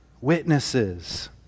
witnesses